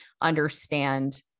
understand